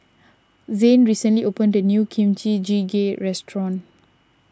Zain recently opened a new Kimchi Jjigae restaurant